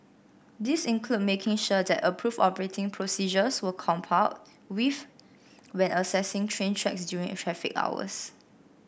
these include making sure that approved operating procedures were complied with when accessing train tracks during traffic hours